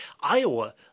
Iowa